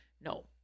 No